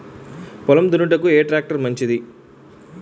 పొలం దున్నుటకు ఏ ట్రాక్టర్ మంచిది?